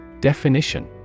Definition